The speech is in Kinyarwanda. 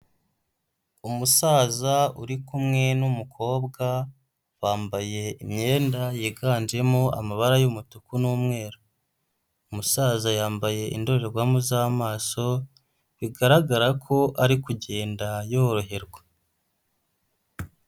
Umusaza uri kumwe n'umukobwa, bambaye imyenda yiganjemo amabara y'umutuku n'umweru. Umusaza yambaye indorerwamo z'amaso, bigaragara ko ari kugenda yoroherwa.